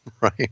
Right